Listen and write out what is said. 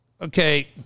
Okay